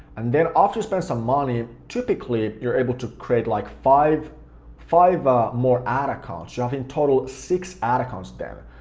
and then after you spend some money, typically you're able to create like five five ah more ad accounts, you have in total six ad accounts then,